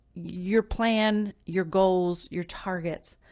your plan, your goals, your targets,